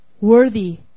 worthy